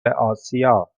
آسیا